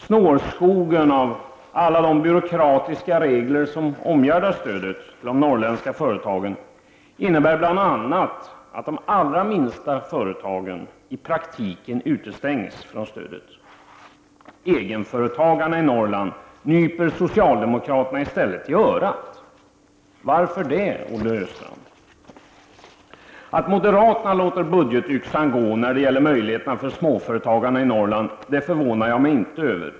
Snårskogen av alla de byråkratiska regler som omgärdar stödet till de norrländska företagen innebär bl.a. att de allra minsta företagen i praktiken utestängs från stödet. I stället nyper socialdemokraterna egenföretagarna i Norrland i örat. Varför det, Olle Östrand? Att moderaterna låter budgetyxan gå när det gäller möjligheterna för småföretagarna i Norrland förvånar jag mig inte över.